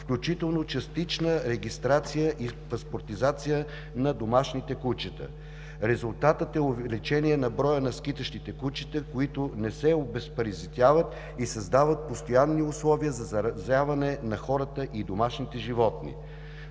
включително частична регистрация и паспортизация на домашните кучета. Резултатът е увеличение на броя на скитащите кучета, които не се обезпаразитяват и създават постоянни условия за заразяване на хората и домашните животни.